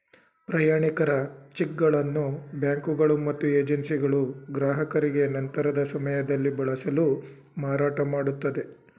ಪ್ರಯಾಣಿಕರ ಚಿಕ್ಗಳನ್ನು ಬ್ಯಾಂಕುಗಳು ಮತ್ತು ಏಜೆನ್ಸಿಗಳು ಗ್ರಾಹಕರಿಗೆ ನಂತರದ ಸಮಯದಲ್ಲಿ ಬಳಸಲು ಮಾರಾಟಮಾಡುತ್ತದೆ